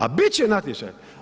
A bit će natječaj?